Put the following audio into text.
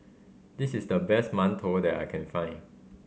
this is the best mantou that I can find